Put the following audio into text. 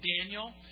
Daniel